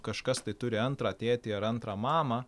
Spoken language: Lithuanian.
kažkas tai turi antrą tėtį ar antrą mamą